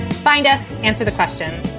find us. answer the question